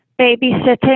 babysitting